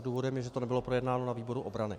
Důvodem je, že to nebylo projednáno na výboru obrany.